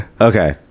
okay